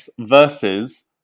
versus